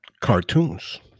cartoons